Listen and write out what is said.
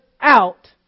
out